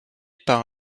par